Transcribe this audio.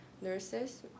nurses